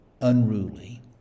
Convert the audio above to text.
unruly